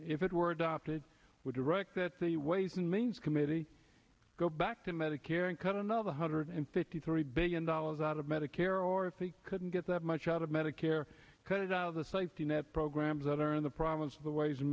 if it were adopted would direct that the ways and means committee go back to medicare and cut another hundred and fifty three billion dollars out of medicare or if they couldn't get that much out of medicare cut it out of the safety net programs that are in the promise of the ways and